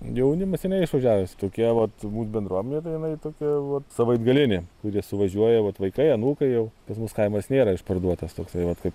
jaunimas seniai išvažiavęs tokia vat mūs bendruomenė tai jinai tokia vat savaitgalinė kurie suvažiuoja vat vaikai anūkai jau tas mūs kaimas nėra išparduotas toksai vat kaip